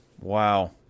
Wow